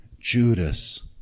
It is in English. Judas